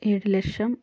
ഏഴ് ലക്ഷം